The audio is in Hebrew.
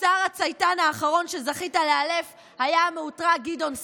השר הצייתן האחרון שזכית לאלף היה המאותרג גדעון סער.